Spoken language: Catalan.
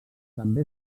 també